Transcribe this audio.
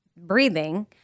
breathing